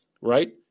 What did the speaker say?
Right